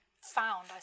found